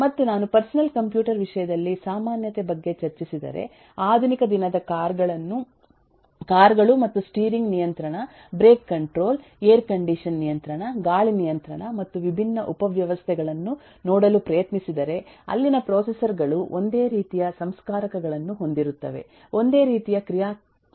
ಮತ್ತು ನಾನು personal computer ವಿಷಯದಲ್ಲಿ ಸಾಮಾನ್ಯತೆ ಬಗ್ಗೆ ಚರ್ಚಿಸಿದರೆ ಆಧುನಿಕ ದಿನದ ಕಾರುಗಳು ಮತ್ತು ಸ್ಟೀರಿಂಗ್ ನಿಯಂತ್ರಣ ಬ್ರೇಕ್ ಕಂಟ್ರೋಲ್ ಏರ್ ಕಂಡೀಶನ್ ನಿಯಂತ್ರಣ ಗಾಳಿ ನಿಯಂತ್ರಣ ಮತ್ತು ವಿಭಿನ್ನ ಉಪವ್ಯವಸ್ಥೆಗಳನ್ನು ನೋಡಲು ಪ್ರಯತ್ನಿಸಿದರೆ ಅಲ್ಲಿನ ಪ್ರೊಸೆಸರ್ ಗಳು ಒಂದೇ ರೀತಿಯ ಸಂಸ್ಕಾರಕಗಳನ್ನು ಹೊಂದಿರುತ್ತವೆ ಒಂದೇ ರೀತಿಯ ಕ್ರಿಯಾತ್ಮಕತೆಗಳು ಹೊಂದಿರುತ್ತವೆ